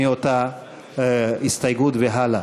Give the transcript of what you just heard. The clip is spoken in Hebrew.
מאותה הסתייגות והלאה.